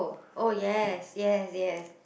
oh yes yes yes